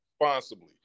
responsibly